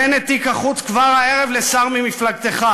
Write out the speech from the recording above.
תן את תיק החוץ כבר הערב לשר ממפלגתך.